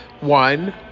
One